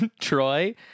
Troy